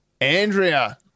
Andrea